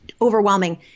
overwhelming